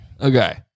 Okay